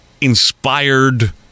inspired